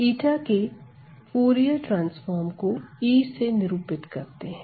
𝜼 के Fourier transform को E से निरूपित करते हैं